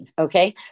okay